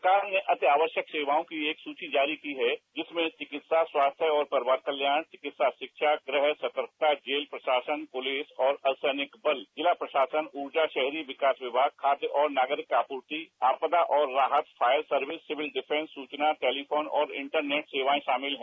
सरकार ने अति आवश्यक सेवाओं की एक सूची जारी की है जिसमें चिकित्सा स्वास्थ्य और परिवार कल्याण चिकित्सा शिक्षा गृह सतर्कता जेल प्रशासन पुलिस और अर्धसैनिक बल जिला प्रशासन उर्जा शहरी विकास विभाग खाद्य और नागरिक आपूर्ति आपदा और राहत फायर सर्विस सिविल डिफेंस सूचना टेलीफोन और इंटरनेट सेवाएं शामिल हैं